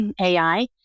AI